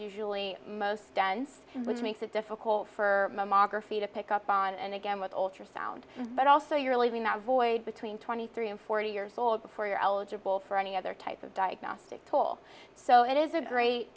usually most dense which makes it difficult for mammography to pick up on and again with ultrasound but also you're leaving that void between twenty three and forty years old before you're eligible for any other type of diagnostic tool so it is a great